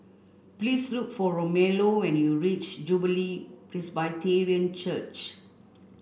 please look for Romello when you reach Jubilee Presbyterian Church